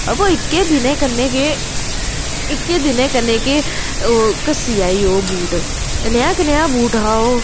अ वो इक्कै दिनै कन्नै गै इक्कै दिनै कन्नै गै घस्सी आ ई ओह् बूट अनेहा कनेहा बूट हा ओह्